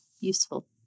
useful